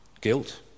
guilt